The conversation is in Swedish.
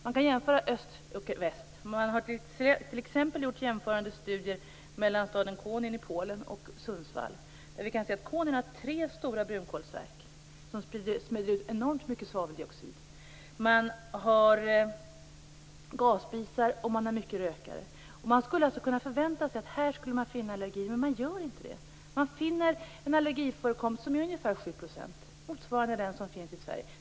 Man kan jämföra öst och väst. Man har t.ex. gjort jämförande studier mellan staden Konin i Polen och Sundsvall. Vi kan se att Konin har tre stora brunkolsverk som sprider ut enormt mycket svaveldioxid. De har gasspisar och många rökare. Man skulle alltså kunna förvänta sig att man där skulle finna allergier, men man gör inte det. Man finner en allergiförekomst som är ungefär 7 %, motsvarande den som fanns i Sverige.